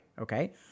Okay